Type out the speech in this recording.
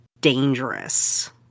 dangerous